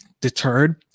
deterred